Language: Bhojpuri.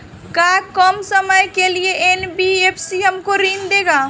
का कम समय के लिए एन.बी.एफ.सी हमको ऋण देगा?